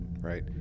right